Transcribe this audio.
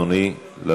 אדוני,